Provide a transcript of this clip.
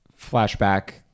flashback